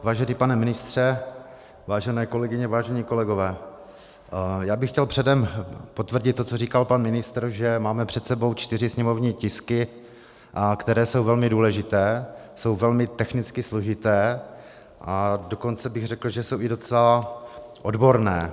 Vážený pane ministře, vážené kolegyně, vážení kolegové, já bych chtěl předem potvrdit to, co říkal pan ministr, že máme před sebou čtyři sněmovní tisky, které jsou velmi důležité, jsou velmi technicky složité, a dokonce bych řekl, že jsou i docela odborné.